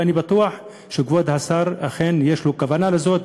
ואני בטוח שכבוד השר אכן יש לו הכוונה הזאת,